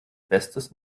bestes